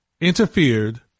interfered